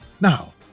Now